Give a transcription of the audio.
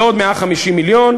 ועוד 150 מיליון,